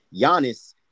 Giannis